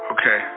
Okay